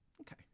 Okay